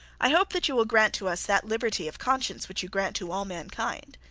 i hope that you will grant to us that liberty of conscience which you grant to all mankind.